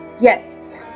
Yes